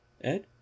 Ed